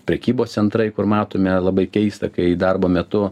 prekybos centrai kur matome labai keista kai darbo metu